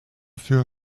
für